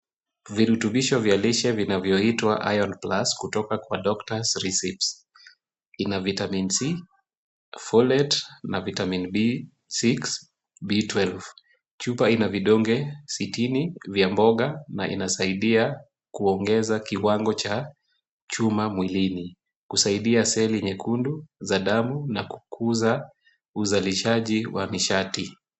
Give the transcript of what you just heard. Virutubisho vya lishe vinavyoitwa Iron Plus kutoka kwa Dr. Recipes . Ina vitamin C, folate , na vitamin B6, B12 . Chupa ina vidonge 60 vya mboga na inasaidia kuongeza kiwango cha chuma mwilini. Kusaidia seli nyekundu za damu na kukuza uzalishaji wa nishati.